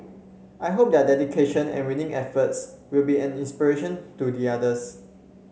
I hope their dedication and winning efforts will be an inspiration to the others